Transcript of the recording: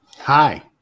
Hi